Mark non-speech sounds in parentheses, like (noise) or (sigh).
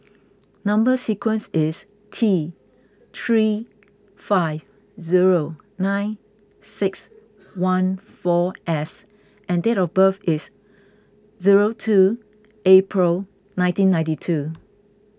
Number Sequence is T three five zero nine six (noise) one four S and date of birth is zero two April nineteen ninety two